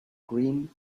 green